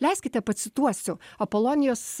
leiskite pacituosiu apolonijos